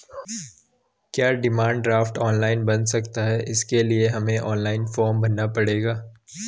क्या demand draft online बन सकता है इसके लिए हमें ऑनलाइन फॉर्म भरना पड़ेगा?